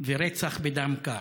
ורצח בדם קר?